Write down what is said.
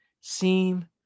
seem